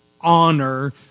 honor